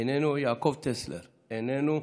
איננו, יעקב טסלר, איננו,